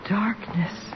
darkness